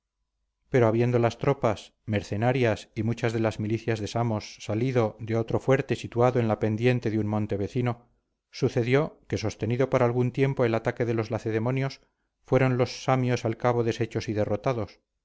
pero habiendo las tropas mercenarias y muchas de las milicias de samos salido de otro fuerte situado en la pendiente de un monte vecino sucedió que sostenido por algún tiempo el ataque de los lacedemonios fueron los samios al cabo deshechos y derrotados